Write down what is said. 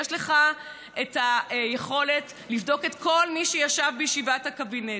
יש לך את היכולת לבדוק את כל מי שישב בישיבת הקבינט.